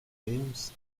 james